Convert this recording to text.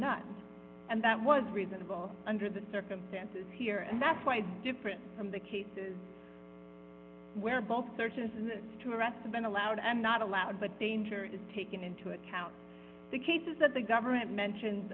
not and that was reasonable under the circumstances here and that's why different from the cases where both searches and two arrests have been allowed and not allowed but danger is taken into account the cases that the government mentions